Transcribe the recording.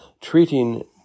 treating